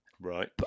Right